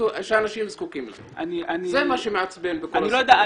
זה מה שמעצבן בכל הסיפור הזה.